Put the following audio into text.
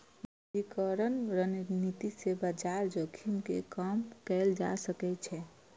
विविधीकरण रणनीति सं बाजार जोखिम कें कम कैल जा सकै छै